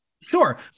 Sure